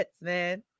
man